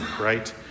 right